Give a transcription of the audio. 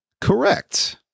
Correct